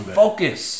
focus